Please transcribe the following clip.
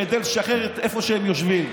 כדי לשחרר את איפה שהם יושבים.